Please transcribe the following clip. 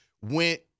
Went